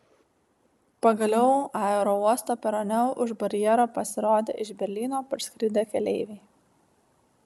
pagaliau aerouosto perone už barjero pasirodė iš berlyno parskridę keleiviai